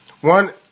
one